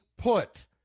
put